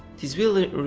this will er.